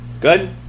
good